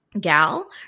gal